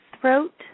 throat